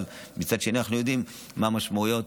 אבל מצד שני אנחנו יודעים מה המשמעויות